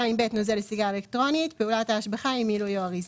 "(2ב) נוזל לסיגריה אלקטרוניתפעולת ההשבחה מילוי או אריזה".